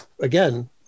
again